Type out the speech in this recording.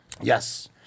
yes